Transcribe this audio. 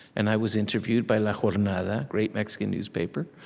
and i was interviewed by la jornada, a great mexican newspaper.